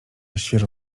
świeżo